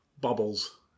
Bubbles